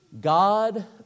God